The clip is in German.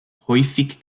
häufig